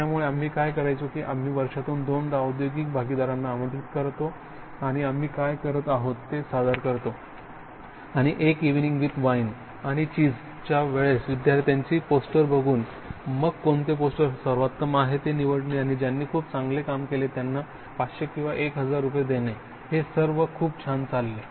त्यामुळे आम्ही काय करायचो की आम्ही वर्षातून दोनदा औद्योगिक भागीदारांना आमंत्रित करतो आणि आम्ही काय करत आहोत ते सादर करतो आणि एक इव्हनिंग विथ वाईन आणि चीझ च्या वेळेस विद्यार्थ्यांची पोस्टर्स बघून मग कोणते पोस्टर सर्वोत्तम आहे ते निवडणे आणि ज्यांनी खूप चांगले काम केले त्यांना 500 किंवा 1000 देने हे सर्व खूप छान चालले